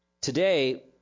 Today